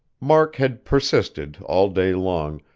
mark had persisted, all day long,